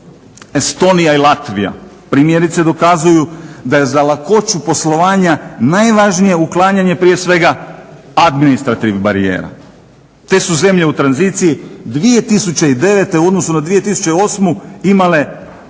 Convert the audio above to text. Estonija i Latvija, primjerice dokazuju da je za lakoću poslovanja najvažnije uklanjanje prije svega administrativnih barijera. Te su zemlje u tranziciji 2009. u odnosnu na 2008. imale